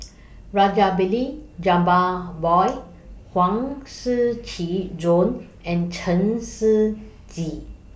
Rajabali Jumabhoy Huang Shiqi Joan and Chen Shiji